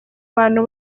bantu